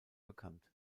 bekannt